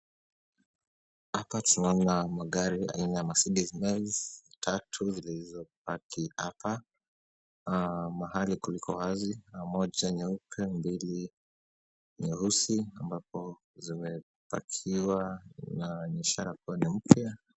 Hapa tunaona magari aina ya Mercedes Benz tatu zilizopaki apa mahali kuliko wazi. Kuna moja nyeupe, mbili nyeusi ambazo zimepakiwa na ni ishara kuwa ni mpya.